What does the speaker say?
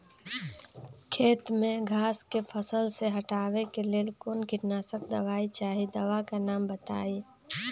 खेत में घास के फसल से हटावे के लेल कौन किटनाशक दवाई चाहि दवा का नाम बताआई?